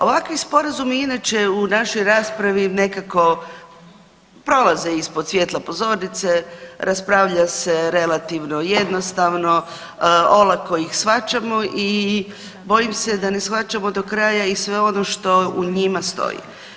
Ovakvi sporazumi inače u našoj raspravi nekako prolaze ispod svjetla pozornice, raspravlja se relativno jednostavno, olako ih shvaćamo i bojim se da ne shvaćamo do kraja i sve ono što u njima stoji.